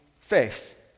faith